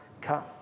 come